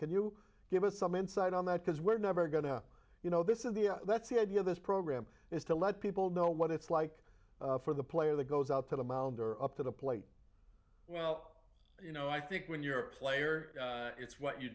can you give us some insight on that because we're never going to you know this is the that's the idea of this program is to let people know what it's like for the player the goes out to the mound or up to the plate well you know i think when you're a player it's what you